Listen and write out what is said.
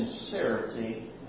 sincerity